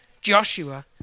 Joshua